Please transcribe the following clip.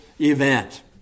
event